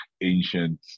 ancient